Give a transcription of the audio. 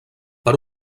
per